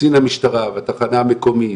קצין המשטרה והתחנה המקומית,